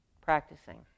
practicing